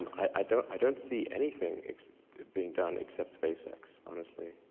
i don't i don't see anything being done except spacex, honestly,